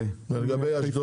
ולגבי אשדוד?